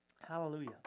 Hallelujah